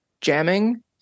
jamming